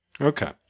Okay